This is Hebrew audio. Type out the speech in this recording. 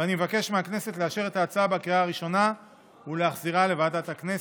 ואני מבקש מהכנסת לאשר את ההצעה בקריאה הראשונה ולהחזירה לוועדת הכנסת.